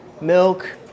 milk